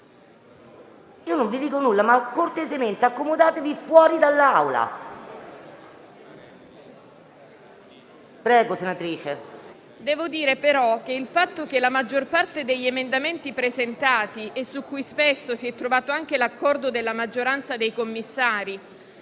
non vi dico nulla, ma cortesemente accomodatevi fuori dall'Aula. Prego, senatrice. VONO *(IV-PSI)*. Devo dire, però, che il fatto che la maggior parte degli emendamenti presentati e su cui spesso si è trovato anche l'accordo della maggioranza dei Commissari